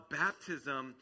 baptism